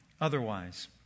otherwise